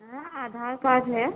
ہاں آدھار کارڈ ہے